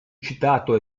citato